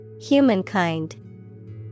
Humankind